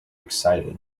excited